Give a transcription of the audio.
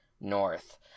North